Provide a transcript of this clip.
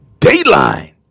Dateline